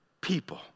People